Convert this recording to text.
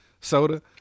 soda